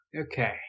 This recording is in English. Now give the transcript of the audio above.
Okay